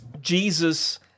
Jesus